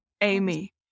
Amy